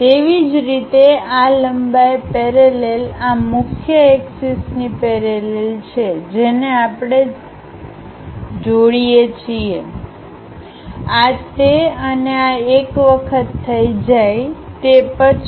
તેવી જ રીતે આ લંબાઈ પેરેલલ આ મુખ્ય એક્સિસ ની પેરેલલ છે જેને આપણે તેને જોડીએ છીએ આ તે અને આ એક વખત થઈ જાય તે પછી